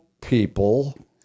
people